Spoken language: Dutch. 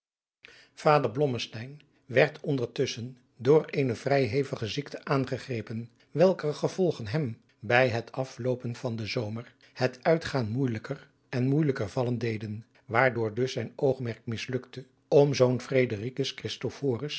blommesteyn werd ondertusschen door eene vrij hevige ziekte aangegrepen welker gevolgen hem bij het afloopen van den zomer het uitgaan moeijelijker en moeijelijker vallen deden waardoor dus zijn oogmerk mislukte om